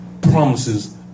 Promises